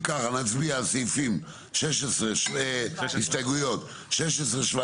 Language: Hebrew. אם ככה, נצביע על הסתייגויות 16, 17,